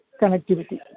connectivity